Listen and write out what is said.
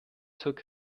took